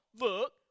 look